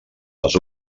les